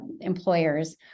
employers